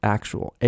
Actual